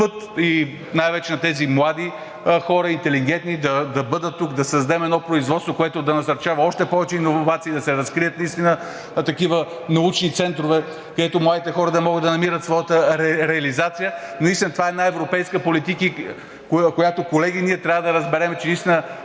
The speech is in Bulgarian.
най-вече на тези млади хора – интелигентни, да бъдат тук, да създадем едно производство, което да насърчава още повече иновациите, да се разкрият наистина такива научни центрове, където младите хора да могат да намират своята реализация. Това е една европейска политика, която, колеги, ние трябва да разберем, че наистина